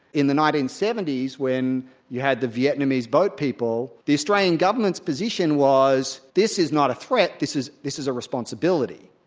in the nineteen seventy s when you had the vietnamese boat people, the australian government's position was this is not a threat, this is this is a responsibility.